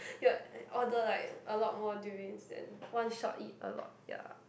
ya and order like a lot more durians then one shot eat a lot ya